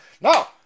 No